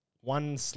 one